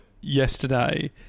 yesterday